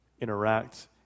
interact